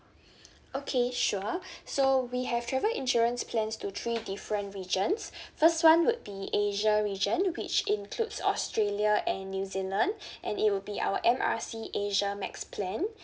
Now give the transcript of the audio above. okay sure so we have travel insurance plans to three different regions first one would be asia region which includes australia and new zealand and it would be our M R C asia max plan